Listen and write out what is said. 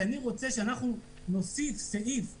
כי אני רוצה שנוסיף סעיף בתיקון.